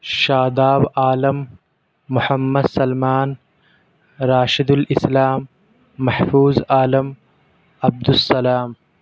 Shadab Alam Mohammad Salman Rashidul Islam Mahfooz Alam Abdussalam